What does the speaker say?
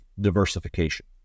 diversification